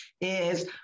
is-